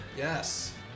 Yes